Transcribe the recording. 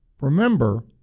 Remember